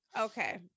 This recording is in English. Okay